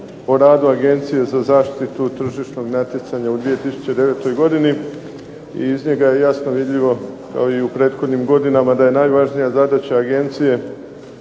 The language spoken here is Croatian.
o radu Agencije za zaštitu tržišnog natjecanja u 2009. godini i iz njega je jasno vidljivo kao i u prethodnim godinama da je najvažnija zadaća agencije